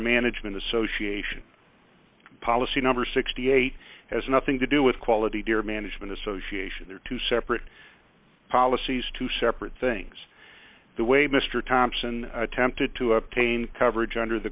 management association policy number sixty eight has nothing to do with quality deer management association there are two separate policies two separate things the way mr thompson attempted to obtain coverage under the